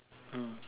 mm